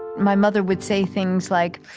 my mother would say things like,